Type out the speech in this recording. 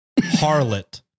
harlot